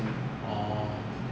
orh